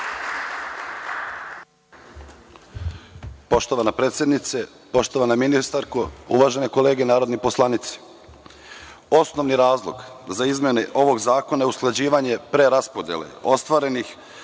Poštovana predsednice, poštovana ministarko, uvažene kolege narodni poslanici, osnovni razlog za izmene ovog zakona je usklađivanje preraspodele prihoda ostvarenih